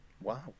Wow